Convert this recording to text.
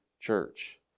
church